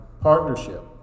partnership